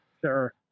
Sure